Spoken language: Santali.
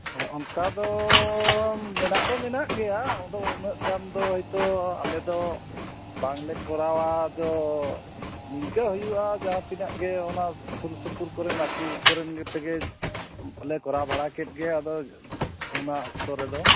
ᱚᱱᱠᱟ ᱫᱚ ᱢᱮᱱᱟᱜ ᱫᱚ ᱢᱮᱱᱟᱜ ᱜᱮᱭᱟ ᱟᱫᱚ ᱩᱱᱟᱹᱜ ᱜᱟᱱ ᱫᱚ ᱦᱚᱭᱛᱚ ᱵᱟᱝᱞᱮ ᱠᱚᱨᱟᱣᱟ ᱟᱫᱚ ᱱᱤᱱᱠᱟᱹ ᱦᱩᱭᱩᱜᱼᱟ ᱡᱟᱦᱟᱛᱤᱱ ᱚᱱᱟ ᱥᱩᱨ ᱥᱩᱯᱩᱨ ᱠᱚᱨᱮᱱ ᱟᱹᱛᱩ ᱠᱚᱨᱮᱱ ᱛᱮᱜᱮ ᱠᱚᱨᱟᱣ ᱵᱟᱲᱟ ᱠᱮᱫ ᱜᱮ ᱟᱫᱚ ᱚᱱᱟ ᱚᱠᱛᱚ ᱨᱮᱫᱚ